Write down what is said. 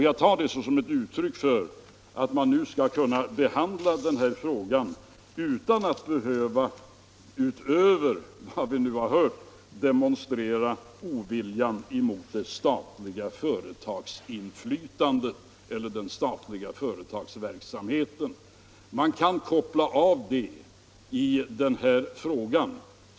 Jag tar det såsom ett uttryck för att man nu skall kunna behandla den här frågan utan att behöva —- utöver vad vi nu hört — demonstrera oviljan mot det statliga företagsinflytandet eller den statliga företagsamheten. Man kan koppla av det i den här frågan.